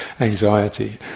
anxiety